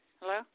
Hello